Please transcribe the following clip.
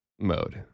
mode